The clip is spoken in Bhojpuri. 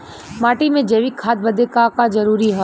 माटी में जैविक खाद बदे का का जरूरी ह?